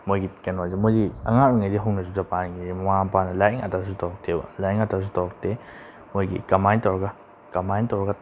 ꯃꯣꯏꯒꯤ ꯀꯩꯅꯣꯁꯦ ꯃꯣꯏꯗꯤ ꯑꯉꯥꯡ ꯑꯣꯏꯔꯤꯉꯩꯗꯒꯤ ꯍꯧꯅꯁꯨ ꯖꯄꯥꯟꯒꯤꯗꯤ ꯃꯃꯥ ꯃꯄꯥꯅ ꯂꯥꯏꯔꯤꯛ ꯉꯥꯛꯇꯁꯨ ꯇꯧꯔꯛꯇꯦꯕ ꯂꯥꯏꯔꯤꯛ ꯉꯥꯛꯇꯁꯨ ꯇꯧꯔꯛꯇꯦ ꯃꯣꯏꯒꯤ ꯀꯃꯥꯏꯅ ꯇꯧꯔꯒ ꯀꯃꯥꯏꯅ ꯇꯧꯔꯒ